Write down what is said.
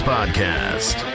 Podcast